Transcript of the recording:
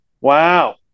wow